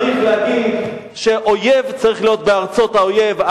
צריך להגיד שאויב צריך להיות בארצות האויב.